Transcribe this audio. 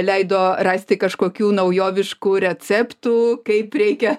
leido rasti kažkokių naujoviškų receptų kaip reikia